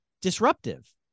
disruptive